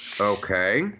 Okay